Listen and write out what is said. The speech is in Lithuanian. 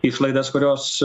išlaidas kurios